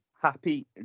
Happy